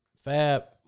Fab